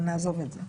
אבל נעזוב את זה.